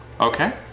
Okay